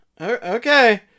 Okay